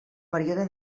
període